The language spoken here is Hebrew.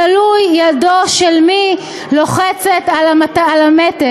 תלוי ידו של מי לוחצת על המתג.